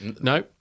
No